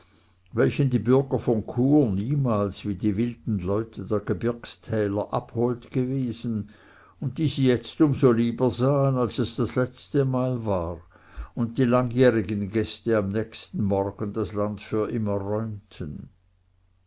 welchen die bürger von chur niemals wie die wilden leute der gebirgstäler abhold gewesen und die sie jetzt um so lieber sahen als es das letzte mal war und die langjährigen gäste am nächsten morgen das land für immer räumten